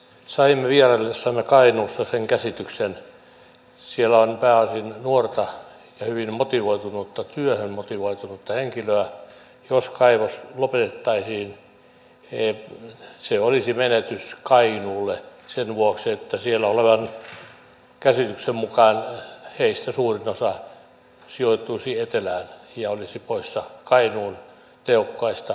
saimme vieraillessamme kainuussa sen käsityksen siellä on pääasiassa nuorta ja hyvin työhön motivoitunutta henkilöä että jos kaivos lopetettaisiin se olisi menetys kainuulle sen vuoksi että siellä olevan käsityksen mukaan heistä suurin osa sijoittuisi etelään ja olisi poissa kainuun tehokkailta markkinoilta